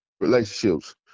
relationships